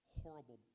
horrible